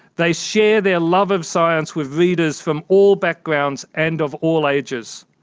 they share their love of science with readers from all backgrounds and of all ages.